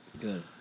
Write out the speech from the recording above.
Good